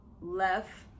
left